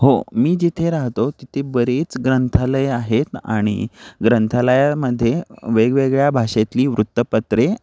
हो मी जिथे राहतो तिथे बरीच ग्रंथालय आहेत आणि ग्रंथालयामध्ये वेगवेगळ्या भाषेतली वृत्तपत्रे